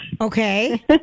Okay